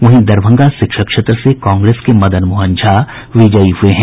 वहीं दरभंगा शिक्षक क्षेत्र से कांग्रेस के मदन मोहन झा विजयी हुए हैं